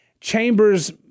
Chambers